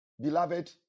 Beloved